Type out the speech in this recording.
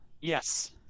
Yes